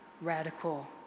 radical